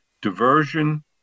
Diversion